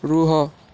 ରୁହ